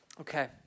Okay